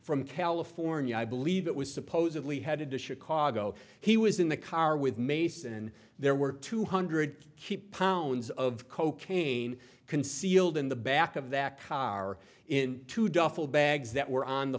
from california i believe it was supposedly headed to chicago he was in the car with mace and there were two hundred keep pounds of cocaine concealed in the back of that car in two duffel bags that were on the